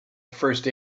first